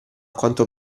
quanto